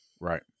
Right